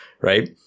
right